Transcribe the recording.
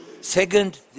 Second